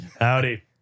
Howdy